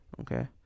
okay